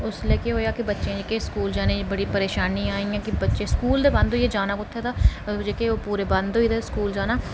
उसलै केह् होआ कि बच्चें ई बड़ियां परेशानियां आइयां कि स्कूल गै बंद होई गे जाना कुत्थै जेह्के ओह् पूरे बंद होई गे दे स्कूल जाना ते प्ही